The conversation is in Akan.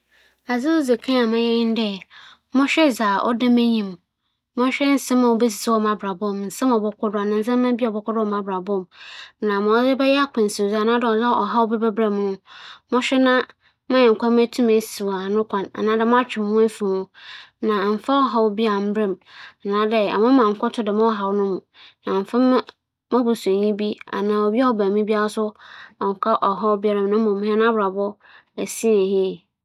Sɛ mutum mokͻ m'enyim ndaawͻtwe so a, nkyɛ mobͻhwehwɛ mu ara dze na meehu hͻn a biribi bͻto hͻn dɛm ber yi ara kesi ndaawͻtwe a yebesan mu no na m'abͻ hͻn kͻkͻ dɛ ͻyɛ yarba o, dɛ ͻyɛ amandzehu biara o, dɛ ͻyɛ owu o, nna nkyɛ m'abͻ hͻn amandzɛɛ na hͻn abͻ hͻnho ban. Ntsi nkyɛ dza mebɛyɛ nye no.